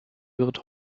wird